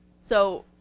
so,